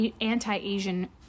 anti-Asian